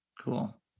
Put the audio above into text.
Cool